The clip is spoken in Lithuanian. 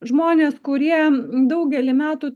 žmonės kurie daugelį metų